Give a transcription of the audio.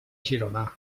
girona